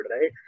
right